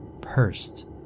pursed